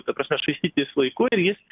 ta prasme švaistytis laiku ir jis